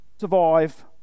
survive